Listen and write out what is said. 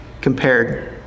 compared